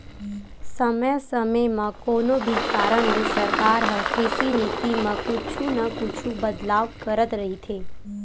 समे समे म कोनो भी कारन ले सरकार ह कृषि नीति म कुछु न कुछु बदलाव करत रहिथे